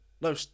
No